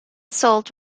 sold